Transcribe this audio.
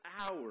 hours